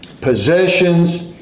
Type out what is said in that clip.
possessions